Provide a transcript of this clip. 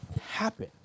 happen